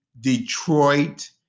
Detroit